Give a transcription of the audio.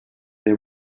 they